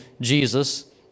Jesus